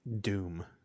doom